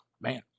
Man